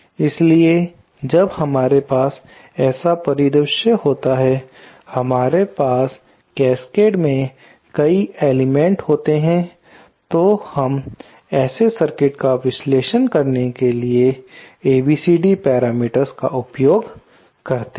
इसलिए जब हमारे पास ऐसा परिदृश्य होता है हमारे पास कैस्केड में कई एलिमेंट्स होते हैं तो हम ऐसे सर्किट का विश्लेषण करने के लिए ABCD पैरामीटर्स का उपयोग करते हैं